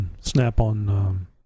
Snap-on